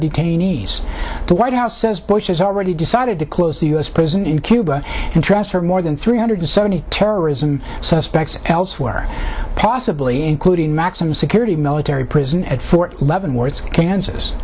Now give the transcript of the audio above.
detainees the white house says bush has already decided to close the u s prison in cuba and transfer more than three hundred seventy terrorism suspects elsewhere possibly including maximum security military prison at fort leavenworth kansas